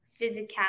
physicality